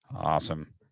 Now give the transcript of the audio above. Awesome